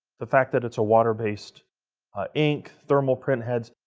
the fact that it's a water-based ah ink. thermal print heads.